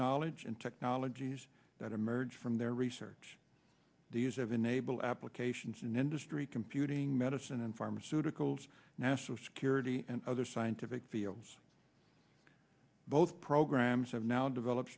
knowledge and technologies that emerge from their research the use of enable applications in industry computing medicine and pharmaceuticals national security and other scientific fields both programs have now develop